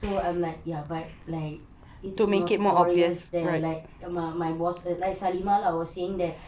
so I'm like ya but like it's notorious then like my my boss like salimah lah I was saying that